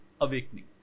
awakening